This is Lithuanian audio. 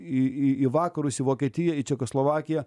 į į į vakarus į vokietiją į čekoslovakiją